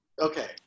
Okay